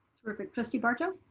terrific, trustee barto.